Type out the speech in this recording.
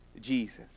Jesus